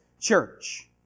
Church